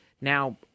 Now